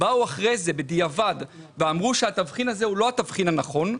באו אחרי זה בדיעבד ואמרו שהתבחין הזה הוא לא התבחין הנכון,